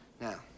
now